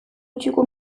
txukun